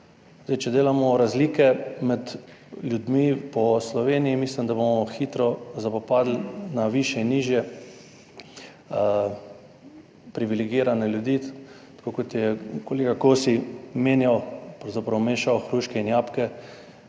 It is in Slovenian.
Če delamo razlike med ljudmi po Sloveniji, mislim, da bomo hitro zapopadli na višje in nižje privilegirane ljudi, tako kot je kolega Kosi omenjal, pravzaprav mešal hruške in jabolka,